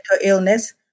illness